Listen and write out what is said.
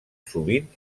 sovint